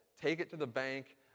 take-it-to-the-bank